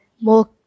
more